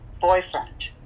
boyfriend